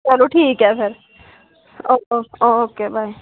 चलो ठीक ऐ फिर ओके ओके बाय